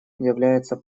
является